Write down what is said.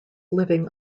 living